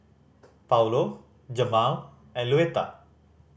Paulo Jemal and Luetta